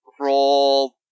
roll